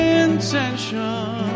intention